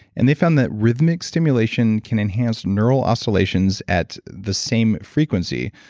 and they found that rhythmic stimulation can enhance neural oscillations at the same frequency,